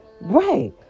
Right